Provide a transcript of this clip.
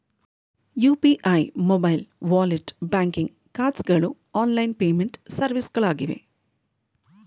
UPI, mobile wallet, banking cards ಗಳು online payment ಸರ್ವಿಸ್ಗಳಾಗಿವೆ